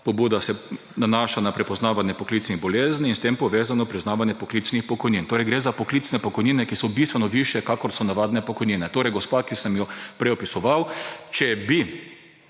pobuda se nanaša na prepoznavanje poklicnih bolezni in s tem povezano priznavanje poklicnih pokojnin. Gre torej za poklicne pokojnine, ki so bistveno višje, kakor so navadne pokojnine. Če bi torej bila gospe, ki sem jo prej opisoval,